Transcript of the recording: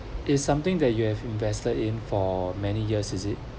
it's something that you have invested in for many years is it